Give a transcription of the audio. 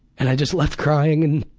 and i just left crying and